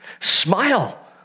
Smile